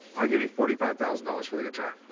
i'll give you forty five thousand dollars for the guitar.